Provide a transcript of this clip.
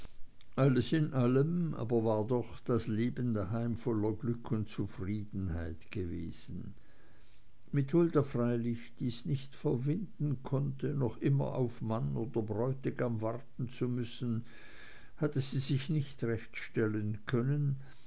alles in allem aber war ihr doch das leben daheim voller glück und zufriedenheit gewesen mit hulda freilich die's nicht verwinden konnte noch immer auf mann oder bräutigam warten zu müssen hatte sie sich nicht recht stellen können